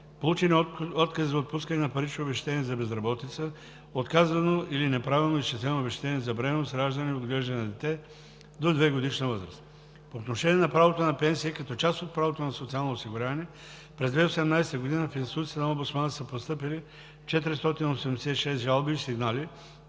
получени откази за отпускане на парични обезщетения за безработица; отказано или неправилно изчислено обезщетение за бременност, раждане или отглеждане на дете до 2-годишна възраст. По отношение на правото на пенсия, като част от правото на социално осигуряване, през 2018 г. в институцията на Омбудсмана са постъпили 486 жалби и сигнали,